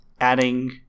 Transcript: adding